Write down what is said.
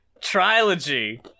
Trilogy